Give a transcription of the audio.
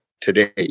today